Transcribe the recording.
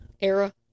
era